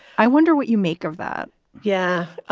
i wonder what you make of that yeah,